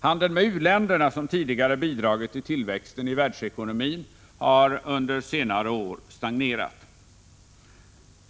Handeln med u-länderna, som tidigare bidragit till tillväxten i världsekonomin, har under senare år stagnerat.